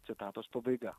citatos pabaiga